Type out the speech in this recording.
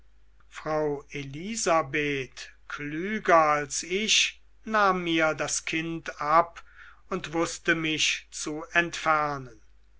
frau elisabeth klüger als ich nahm mir das kind ab und wußte mich zu entfernen